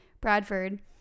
Bradford